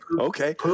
Okay